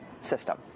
system